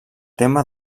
tema